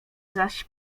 zaś